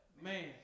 Man